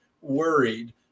worried